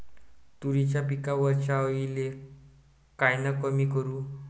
तुरीच्या पिकावरच्या अळीले कायनं कमी करू?